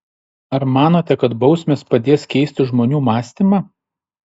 ar manote kad bausmės padės keisti žmonių mąstymą